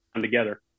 together